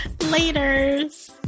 Later's